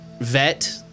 vet